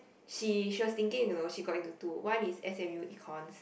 she she was thinking you know she got into two one is s_m_u econs